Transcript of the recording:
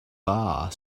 bar